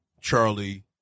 Charlie